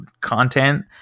content